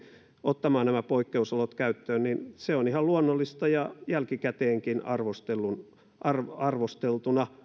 ottamaan nämä poikkeusolot käyttöön on ihan luonnollista ja jälkikäteenkin arvosteltuna